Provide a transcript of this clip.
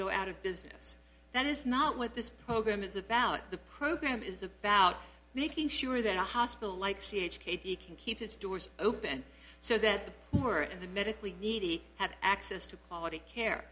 go out of business that is not what this program is about the program is about making sure that a hospital like c h katie can keep its doors open so that the poor and the medically needy have access to quality care